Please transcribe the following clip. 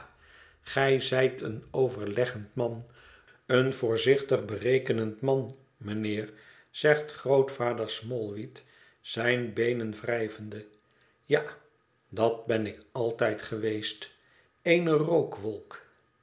gij zijteen overleggend man een voorzichtig berekenend man mijnheer zegt grootvader smallweed zijne beenén wrijvende ja dat ben ik altijd geweest eene